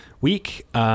week